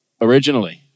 originally